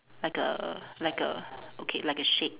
like a like a okay like a shade